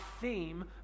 theme